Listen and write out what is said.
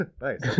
Nice